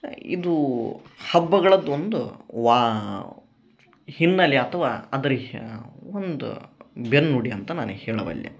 ಇದು ಹಬ್ಬಗಳದ್ದು ಒಂದು ವಾ ಹಿನ್ನಲೆ ಅಥ್ವಾ ಅದರ ಹ್ಯ ಒಂದು ಬೆನ್ನುಡಿ ಅಂತ ನಾನು ಹೇಳಬಲ್ಲೆ